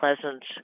pleasant